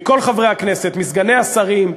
מכל חברי הכנסת, מסגני השרים,